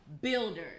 builders